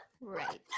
Right